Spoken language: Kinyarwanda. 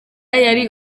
yari